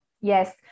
Yes